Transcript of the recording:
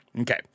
Okay